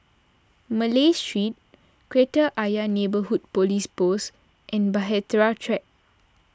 Malay Street Kreta Ayer Neighbourhood Police Post and Bahtera Track